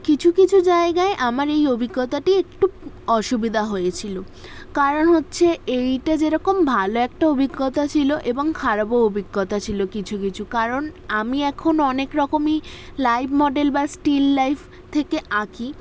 কিছু কিছু জায়গায় আমার এই অভিজ্ঞতাটি একটু অসুবিধা হয়েছিলো কারণ হচ্ছে এইটা যেরকম ভালো একটা অভিজ্ঞতা ছিল এবং খারাপও অভিজ্ঞতা ছিল কিছু কিছু কারণ আমি এখন অনেক রকমই লাইভ মডেল বা স্টিল লাইফ থেকে আঁকি